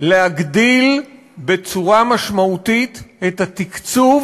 להגדיל משמעותית את התקצוב